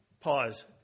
Pause